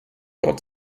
dort